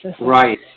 Right